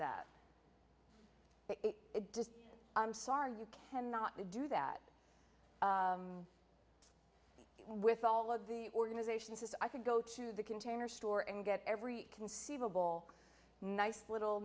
that it just i'm sorry you cannot do that with all of the organization says i could go to the container store and get every conceivable nice little